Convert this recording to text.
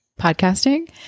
podcasting